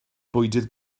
bwydydd